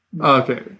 Okay